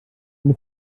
eine